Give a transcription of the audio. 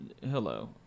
Hello